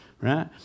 right